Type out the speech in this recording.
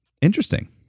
Interesting